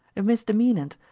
a misdemeanant,